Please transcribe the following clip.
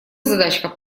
задачка